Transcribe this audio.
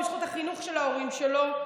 בזכות החינוך של ההורים שלו,